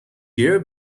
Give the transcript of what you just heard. year